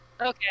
Okay